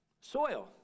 Soil